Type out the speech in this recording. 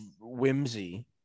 Whimsy